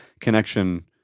connection